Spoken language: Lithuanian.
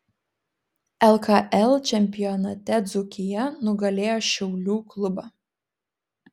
lkl čempionate dzūkija nugalėjo šiaulių klubą